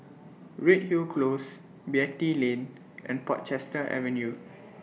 Redhill Close Beatty Lane and Portchester Avenue